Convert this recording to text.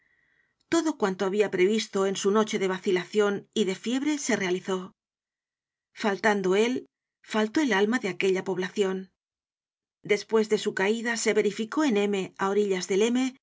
todo cuanto habia previsto en su noche de vacilacion y de fiebre se realizó faltando él faltó el alma de aquella poblacion despues de su caida se verificó en m á orillas del